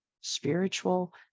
spiritual